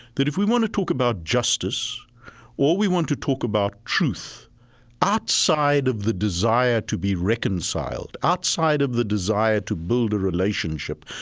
that if we want to talk about justice or we want to talk about truth outside of the desire to be reconciled, outside of the desire to build a relationship,